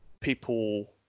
people